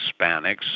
Hispanics